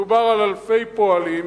מדובר על אלפי פועלים.